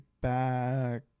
back